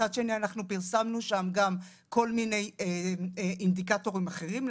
מצד שני פרסמנו שם כל מיני אינדיקטורים אחרים,